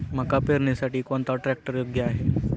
मका पेरणीसाठी कोणता ट्रॅक्टर योग्य आहे?